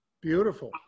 Beautiful